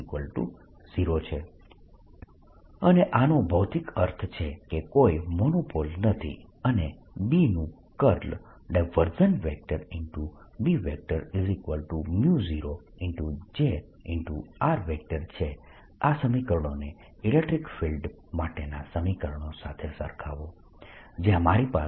B0 છે અને આનો ભૌતિક અર્થ છે કે કોઈ મોનોપોલ નથી અને B નું કર્લ B0 J છે આ સમીકરણોને ઇલેક્ટ્રીક ફિલ્ડ માટેના સમીકરણો સાથે સરખાવો જ્યાં મારી પાસે